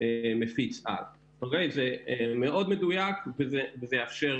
הרי זה מאוד מדויק וזה יאפשר,